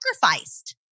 sacrificed